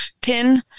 pin